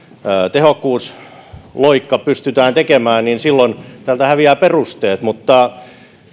tehokkuusloikka pystytään tekemään niin silloin tältä häviää perusteet